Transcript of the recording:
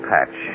Patch